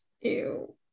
Ew